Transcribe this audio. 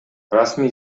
расмий